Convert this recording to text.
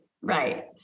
right